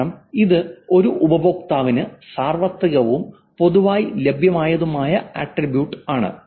കാരണം ഇത് ഒരു ഉപയോക്താവിന് സാർവത്രികവും പൊതുവായി ലഭ്യമായതുമായ ആട്രിബ്യൂട്ട് ആണ്